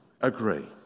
agree